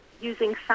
using